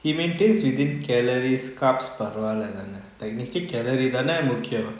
he maintains within calories carbs பரவலா தான:paravala thaana like maintain calorie தான முக்கியம்:thaana mukiyam I'm okay [what]